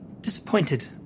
disappointed